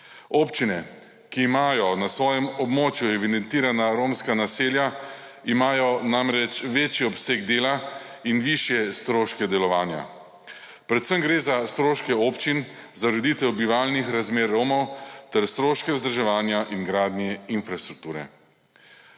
Občine, ki imajo na svojem območju evidentirana romska naselja imajo namreč večji obseg dela in višje stroške delovanja. Predvsem gre za stroške občin, za ureditev bivalnih razmer Romov ter stroške vzdrževanja in gradnje infrastrukture.